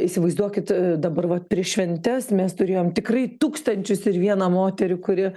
įsivaizduokit dabar vat prieš šventes mes turėjom tikrai tūkstančius ir vieną moterį kuri